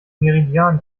meridian